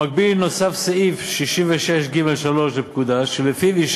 במקביל נוסף סעיף 66(ג)(3) לפקודה,